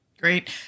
great